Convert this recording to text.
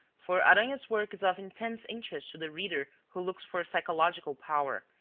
for aranha's work is of intense interest to the reader who looks for psychological power,